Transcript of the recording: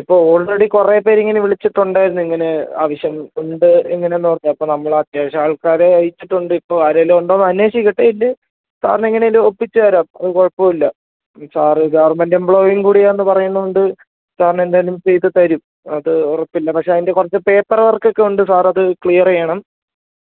ഇപ്പോൾ ഓൾറെഡി കുറെ പേരിങ്ങനെ വിളിച്ചിട്ടുണ്ടായിരുന്നു ഇങ്ങനെ ആവശ്യം ഉണ്ട് ഇങ്ങനെ നോക്കേ അപ്പം നമ്മൾ അത്യാവശ്യം ആൾക്കാരെ അയച്ചിട്ടുണ്ട് ഇപ്പോൾ ആരേലും ഉണ്ടോന്ന് അന്വേഷിക്കട്ടെ ഇല്ലേ സാർന് എങ്ങനേലും ഒപ്പിച്ച് തരാം അപ്പോം കുഴപ്പമില്ല സാറ് ഗവർമെൻറ്റ് എംപ്ലോയീം കൂടിയാന്ന് പറയുന്നത് കൊണ്ട് സാർന് എന്തായാലും ചെയ്ത് തരും അത് ഉറപ്പില്ല പക്ഷേ അതിന്റെ കുറച്ച് പേപ്പറ് വർക്കൊക്കെ ഉണ്ട് സാറത് ക്ലിയർ ചെയ്യണം